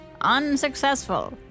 unsuccessful